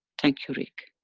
thank you rick.